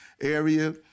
area